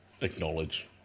acknowledge